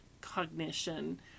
cognition